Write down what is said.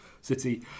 City